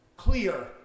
clear